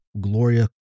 Gloria